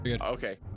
Okay